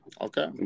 okay